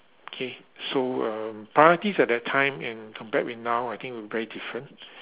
okay so uh priorities at that time and compared with now I think were very different